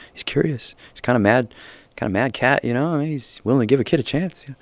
he's curious. he's kind of mad kind of mad cat, you know? um and he's willing to give a kid a chance.